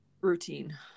routine